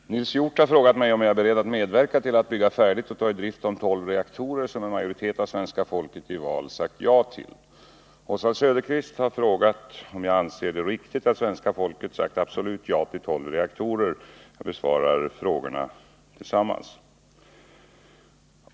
Herr talman! Nils Hjorth har frågat om jag är beredd att medverka till att bygga färdigt och ta i drift de tolv reaktorer som en majoritet av svenska folket i val sagt ja till. Oswald Söderqvist har frågat om jag anser det riktigt att svenska folket sagt absolut ja till tolv reaktorer. Jag besvarar frågorna tillsammans.